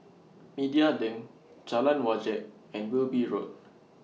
Media LINK Jalan Wajek and Wilby Road